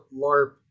LARP